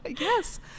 Yes